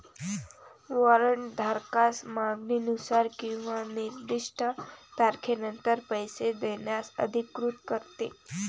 warrant धारकास मागणीनुसार किंवा निर्दिष्ट तारखेनंतर पैसे देण्यास अधिकृत करते